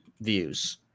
views